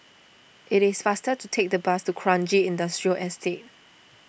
it is faster to take the bus to Kranji Industrial Estate